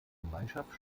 gemeinschaft